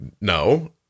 no